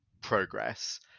progress